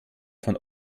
von